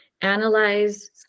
analyze